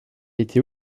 était